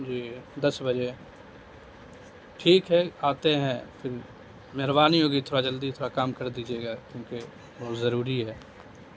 جی دس بجے ٹھیک ہے آتے ہیں پھر مہربانی ہوگی تھوڑا جلدی تھوڑا کام کر دیجیے گا کیونکہ بہت ضروری ہے